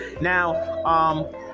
Now